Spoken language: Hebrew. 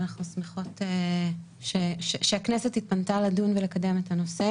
ואנחנו שמחות שהכנסת התפנתה לדון ולקדם את הנושא,